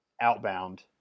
outbound